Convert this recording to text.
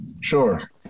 Sure